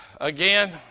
Again